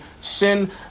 sin